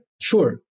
sure